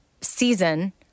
season